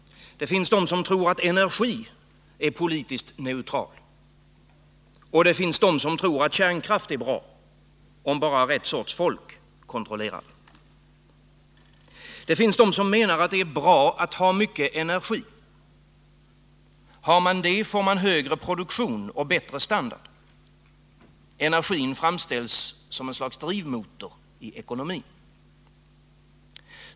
Det finns också personer som tror att energi är politiskt neutral. Och det finns vidare människor som tror att kärnkraft är bra, om bara rätt sorts folk kontrollerar den. Det finns många som menar att det är bra att ha mycket energi. Har man det, får man högre produktion och bättre standard. Energin framställs som ett slags drivmotor i ekonomin.